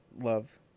love